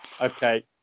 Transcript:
Okay